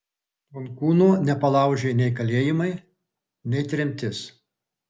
tonkūno nepalaužė nei kalėjimai nei tremtis